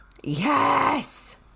Yes